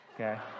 Okay